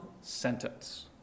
sentence